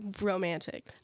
Romantic